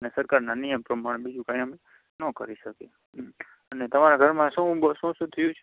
ને સરકારના નિયમ પ્રમાણે બીજું કંઈ અમે ન કરી શકીએ અને તમારા ઘરમાં શું બો શું શું થયું છે